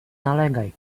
nalegaj